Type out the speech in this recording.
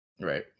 Right